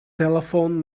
telephoned